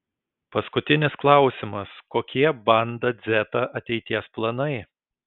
paskutinis klausimas kokie banda dzeta ateities planai